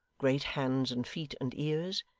great hands and feet and ears,